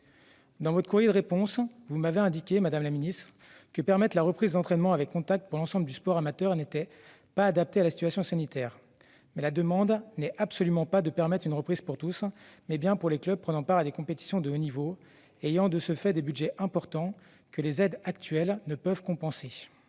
Dans votre courrier de réponse, vous m'avez indiqué que permettre la reprise des entraînements avec contact pour l'ensemble du sport amateur n'était pas adapté à la situation sanitaire. Il ne s'agit absolument pas de permettre une reprise pour tous, cette demande concerne les seuls clubs prenant part à des compétitions de haut niveau et ayant de ce fait des budgets importants que les aides actuelles ne peuvent compenser.